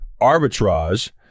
arbitrage